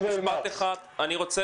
אני רוצה